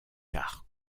car